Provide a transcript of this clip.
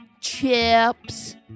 chips